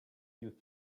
you